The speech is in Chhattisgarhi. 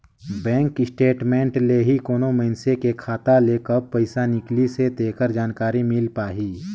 बेंक स्टेटमेंट ले ही कोनो मइनसे के खाता ले कब पइसा निकलिसे तेखर जानकारी मिल पाही